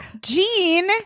Jean